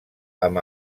amb